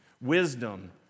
wisdom